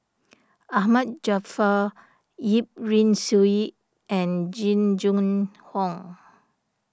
Ahmad Jaafar Yip Pin Xiu and Jing Jun Hong